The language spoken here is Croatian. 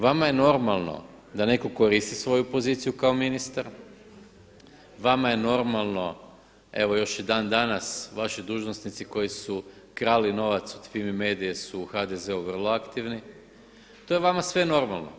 Vama je normalno da neko koristi svoju poziciju kao ministar, vama je normalno evo još i dan danas vaši dužnosnici koji su krali novac od Fimi Medije su HDZ-u vrlo aktivni, to je vama sve normalno.